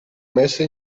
messa